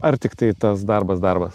ar tiktai tas darbas darbas